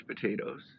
potatoes